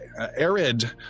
Arid